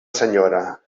senyora